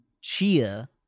Chia